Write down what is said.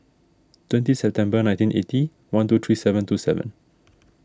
twenty September nineteen eighty one two three seven two seven